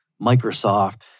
Microsoft